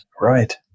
right